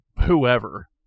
whoever